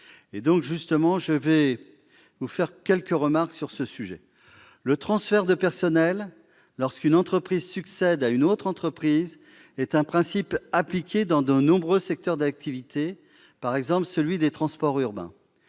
que les droits garantis aux salariés transférés. Le transfert de personnel, lorsqu'une entreprise succède à une autre entreprise, est un principe appliqué dans de nombreux secteurs d'activité, par exemple dans celui des transports urbains.